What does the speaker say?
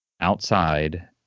outside